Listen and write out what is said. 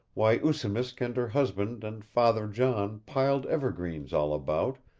why oosimisk and her husband and father john piled evergreens all about,